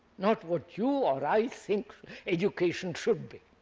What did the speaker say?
not what you or i think education should be.